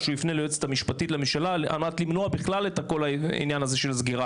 שיפנה ליועצת המשפטית לממשלה כדי למנוע בכלל את העניין של סגירה